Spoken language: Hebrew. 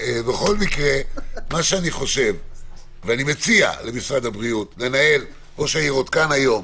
אני מציע למשרד הבריאות ראש העיר עוד כאן היום,